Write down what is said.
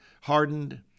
hardened